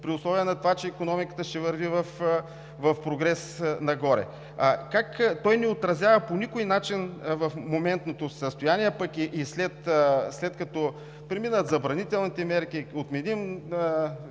ще бъде 6%, че икономиката ще върви в прогрес нагоре. Той не отразява по никой начин моментното състояние, пък и след като преминат забранителните мерки и отменим